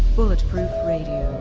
bulletproof radio.